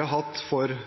Den